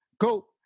Go